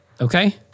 Okay